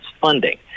funding